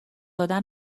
دادن